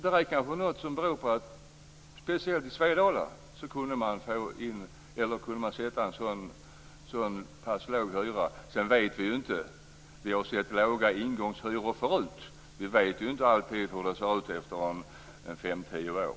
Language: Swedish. Det här är kanske något som beror på att man speciellt i Svedala kunde sätta en så låg hyra. Sedan vet vi ju inte hur det går; vi har sett låga ingångshyror förut. Vi vet ju inte alltid hur det ser ut efter fem-tio år.